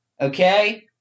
Okay